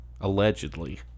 allegedly